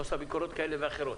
את עושה ביקורות כאלה ואחרות.